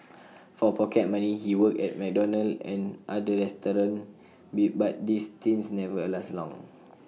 for pocket money he worked at McDonald's and other restaurants be but these stints never lasted long